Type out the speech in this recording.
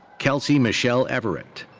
kelsey michelle everett.